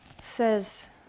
Says